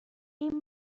این